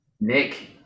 Nick